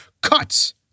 cuts